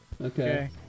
okay